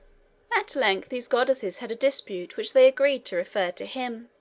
at length these goddesses had a dispute which they agreed to refer to him.